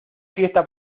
fiesta